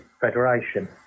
Federation